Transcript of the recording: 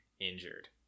injured